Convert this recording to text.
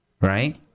Right